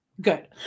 Good